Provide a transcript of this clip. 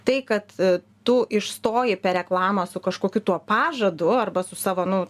tai kad tu išstoji per reklamą su kažkokiu tuo pažadu arba su savo nu